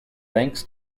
thanks